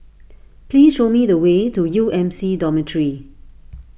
please show me the way to U M C Dormitory